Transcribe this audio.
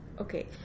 Okay